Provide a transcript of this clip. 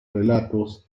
relatos